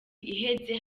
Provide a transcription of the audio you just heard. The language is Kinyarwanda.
iheze